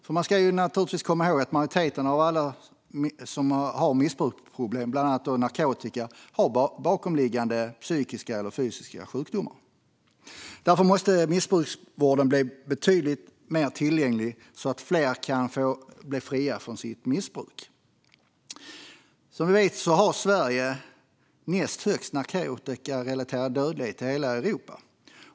För man ska naturligtvis komma ihåg att majoriteten av alla som har missbruksproblem, bland annat med narkotika, har bakomliggande psykiska eller fysiska sjukdomar. Därför måste missbruksvården bli betydligt mer tillgänglig så att fler kan bli fria från sitt missbruk. Som vi vet har Sverige näst högst narkotikarelaterad dödlighet i hela Europa.